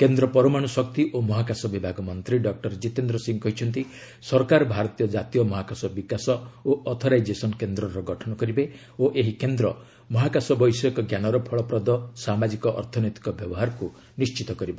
କେନ୍ଦ୍ ପରମାଣ୍ର ଶକ୍ତି ଓ ମହାକାଶ ବିଭାଗ ମନ୍ତ୍ରୀ ଡକୁର ଜିତେନ୍ଦ୍ର ସିଂହ କହିଛନ୍ତି ସରକାର ଭାରତୀୟ ଜାତୀୟ ମହାକାଶ ବିକାଶ ଓ ଅଥରାଇଜେସନ୍ କେନ୍ଦ୍ରର ଗଠନ କରିବେ ଓ ଏହି କେନ୍ଦ୍ର ମହାକାଶ ବୈଷୟିକଞ୍ଜାନର ଫଳପ୍ରଦ ସାମାଜିକ ଅର୍ଥନୈତିକ ବ୍ୟବହାରକୁ ନିଶ୍ଚିତ କରିବ